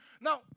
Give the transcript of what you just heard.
Now